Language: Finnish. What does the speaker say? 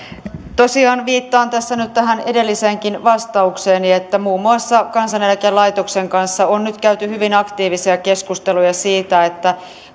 tosiaan viittaan tässä nyt tähän edelliseenkin vastaukseeni että muun muassa kansaneläkelaitoksen kanssa on nyt käyty hyvin aktiivisia keskusteluja siitä